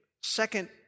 second